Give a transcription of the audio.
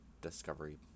Discovery